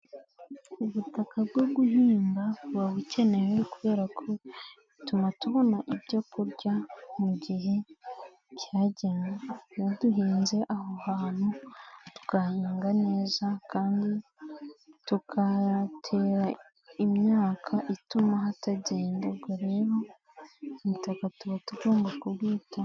Ubutaka bwo guhinga buba bukenewe, kubera ko bituma tubona ibyokurya mu gihe cyagenwe, iyo duhinze aho hantu tugahinga neza kandi tugatera imyaka ituma hatagenda, ubwo rero ubutaka tuba tugomba kubwitaho.